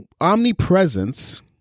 omnipresence